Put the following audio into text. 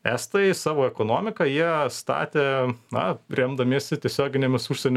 estai savo ekonomiką jie statė na remdamiesi tiesioginėmis užsienio